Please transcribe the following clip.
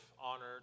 honor